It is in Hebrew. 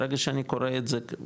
ברגע שאני קורא את זה,